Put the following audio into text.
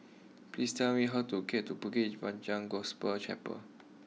please tell me how to get to Bukit Panjang Gospel Chapel